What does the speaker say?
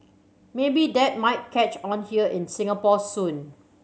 maybe that might catch on here in Singapore soon